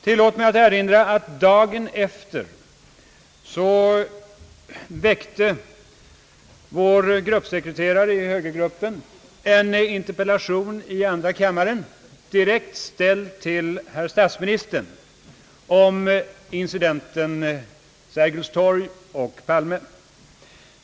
Tillåt mig erinra om att vår gruppsekreterare i högergruppen dagen efter framställde en interpellation i andra kammaren ställd direkt till herr statsministern om incidenten Sergels torg och Palme.